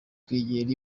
kugera